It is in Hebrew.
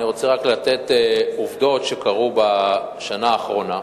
אני רק רוצה להביא עובדות שקרו בשנה האחרונה,